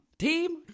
Team